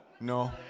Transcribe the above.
No